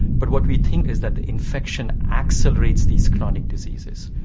but what we think is that the infection accelerates these chronic diseases.